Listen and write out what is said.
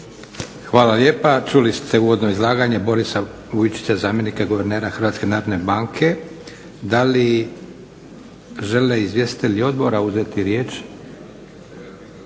Hvala lijepa. Čuli ste uvodno izlaganje gospodina Borisa Vujčića zamjenika guvernera Hrvatske narodne banke. Da li žele izvjestitelji Odbora uzeti riječ?